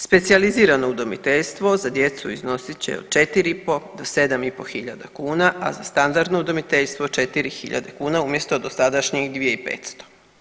Specijalizirano udomiteljstvo za djecu iznosit će od 4.500 do 7.500 kuna, a za standardno udomiteljstvo 4.000 kuna umjesto dosadašnjih 2.500.